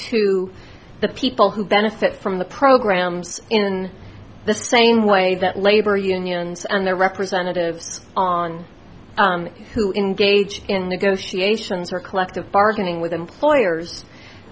to the people who benefit from the programs in the same way that labor unions and their representatives on who engage in negotiations or collective bargaining with employers